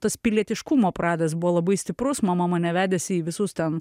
tas pilietiškumo pradas buvo labai stiprus mama mane vedėsi į visus ten